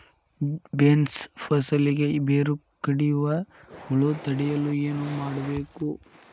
Beans ಫಸಲಿಗೆ ಬೇರು ಕಡಿಯುವ ಹುಳು ತಡೆಯಲು ಏನು ಮಾಡಬೇಕು?